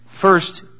first